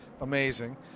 Amazing